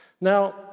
now